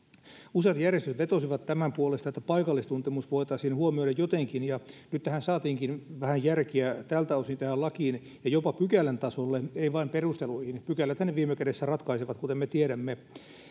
useat järjestöt vetosivat sen puolesta että paikallistuntemus voitaisiin huomioida jotenkin ja nyt saatiinkin vähän järkeä tältä osin tähän lakiin jopa pykälätasolle eikä vain perusteluihin pykäläthän ne viime kädessä ratkaisevat kuten me tiedämme niin